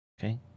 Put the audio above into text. okay